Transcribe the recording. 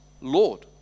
Lord